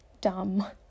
dumb